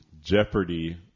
Jeopardy